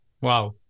Wow